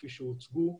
כפי שהוצגו,